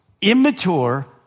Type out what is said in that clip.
Immature